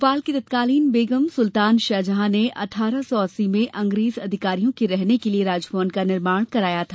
भोपाल की तत्कालीन बेगम सुल्तान शाहजहां ने अठारह सौ अस्सी में अंग्रेज अधिकारियों के रहने के लिए राजभवन का निर्माण कराया था